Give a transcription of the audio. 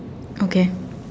okay